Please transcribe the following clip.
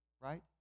right